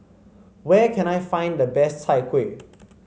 where can I find the best Chai Kuih